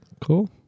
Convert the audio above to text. Cool